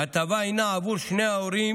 ההטבה הינה עבור שני ההורים,